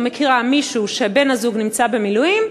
מכירה מישהי שבן-הזוג שלה נמצא במילואים,